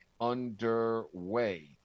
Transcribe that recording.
underway